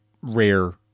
rare